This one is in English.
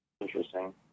Interesting